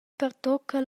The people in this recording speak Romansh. pertucca